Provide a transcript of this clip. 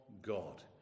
God